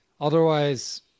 Otherwise